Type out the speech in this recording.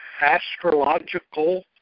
astrological